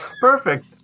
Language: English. Perfect